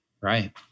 Right